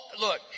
Look